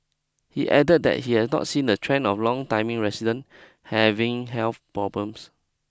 he added that he has not seen the trend of longtiming resident having health problems